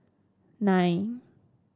nine